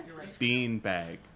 Beanbag